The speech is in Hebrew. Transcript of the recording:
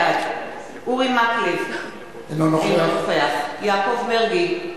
בעד אורי מקלב, אינו נוכח יעקב מרגי,